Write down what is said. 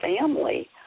family